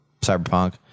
Cyberpunk